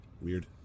Weird